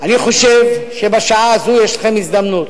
אני חושב שבשעה הזאת יש לכם הזדמנות.